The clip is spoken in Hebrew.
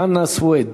חנא סוייד.